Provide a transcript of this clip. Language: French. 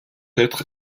être